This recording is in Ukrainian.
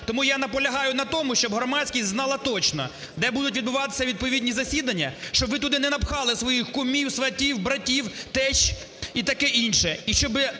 Тому я наполягаю на тому, щоб громадськість знала точно, де будуть відбуватися відповідні засідання, щоб ви туди не напхали своїх кумів, сватів, братів, тещ і таке інше